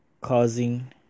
causing